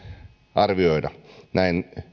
arvioida näin